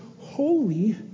holy